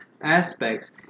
aspects